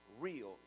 real